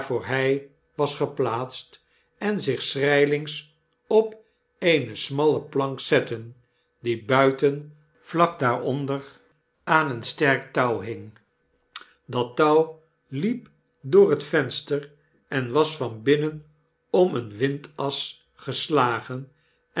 hy was geplaatst en zich schrylings op eene smalle plank zetten die buiten vlak daaronder aan een sterk touw hing dat touw liep door het venster en was van binnen om een windas geslagen